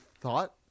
thought